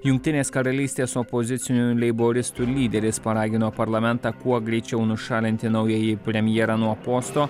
jungtinės karalystės opozicinių leiboristų lyderis paragino parlamentą kuo greičiau nušalinti naująjį premjerą nuo posto